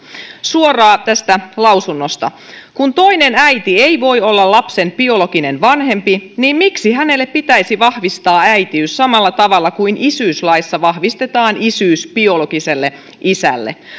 suoraan tästä lausunnosta kun toinen äiti ei voi olla lapsen biologinen vanhempi niin miksi hänelle pitäisi vahvistaa äitiys samalla tavalla kuin isyyslaissa vahvistetaan isyys biologiselle isälle